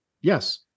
Yes